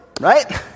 right